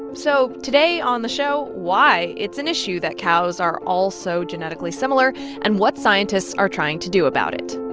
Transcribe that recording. so today on the show, why it's an issue that cows are all so genetically similar and what scientists are trying to do about it